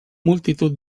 multitud